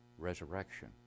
Resurrection